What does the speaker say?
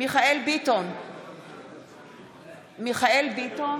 מיכאל מרדכי ביטון,